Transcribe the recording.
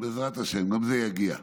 בעזרת השם, גם זה יגיע.